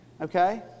okay